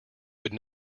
would